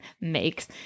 makes